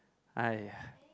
!aiya!